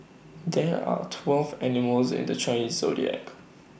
there are twelve animals in the Chinese Zodiac